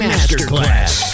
Masterclass